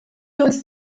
doedd